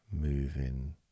moving